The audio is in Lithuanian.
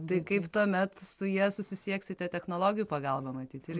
tai kaip tuomet su ja susisieksite technologijų pagalba matyt ir